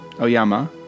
Oyama